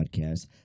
Podcast